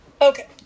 Okay